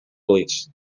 bleached